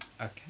Okay